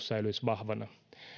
säilyisi vahvana